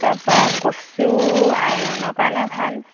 তাৰপৰা কচু আইৰণৰ কাৰণে ভাল